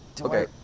Okay